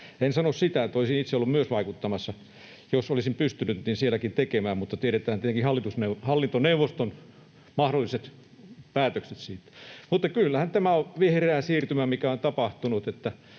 En sano sitä, että olisin itse ollut vaikuttamassa. Jos olisin pystynyt, olisin sielläkin niin tehnyt, mutta tiedetään tietenkin hallintoneuvoston mahdolliset päätökset siitä. Kyllähän tämä on vihreä siirtymä, mikä on tapahtunut,